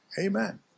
Amen